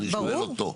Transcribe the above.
אני שואל אותו.